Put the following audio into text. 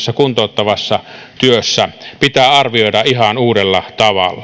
kuntouttavassa työssä pitää arvioida ihan uudella tavalla